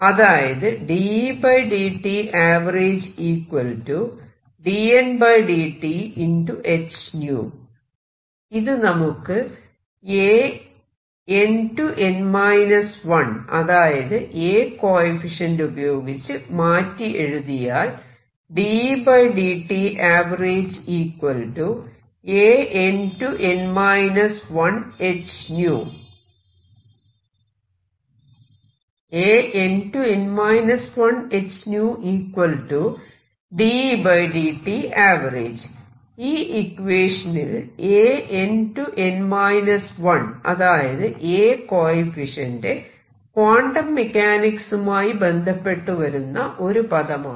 അതായത് ഇത് നമുക്ക് An→n 1 അതായത് A കോയിഫിഷ്യന്റ് ഉപയോഗിച്ച് മാറ്റി എഴുതിയാൽ ഈ ഇക്വേഷനിൽ An→n 1 അതായത് A കോയിഫിഷ്യന്റ് ക്വാണ്ടം മെക്കാനിക്സുമായി ബന്ധപ്പെട്ടു വരുന്ന ഒരു പദമാണ്